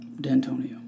D'Antonio